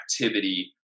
activity